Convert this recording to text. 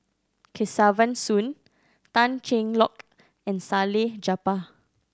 Kesavan Soon Tan Cheng Lock and Salleh Japar